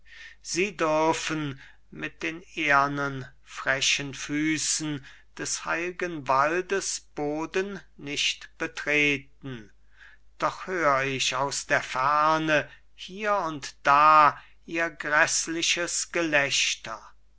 sie dürfen mit den ehrnen frechen füßen des heil'gen waldes boden nicht betreten doch hör ich aus der ferne hier und da ihr gräßliches gelächter